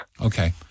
Okay